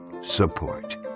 support